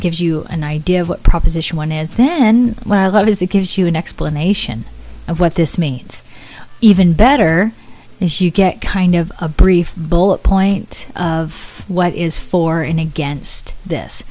gives you an idea of what proposition one is then well that is it gives you an explanation of what this means even better as you get kind of a brief bullet point of what is for and against this